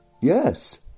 Yes